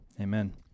amen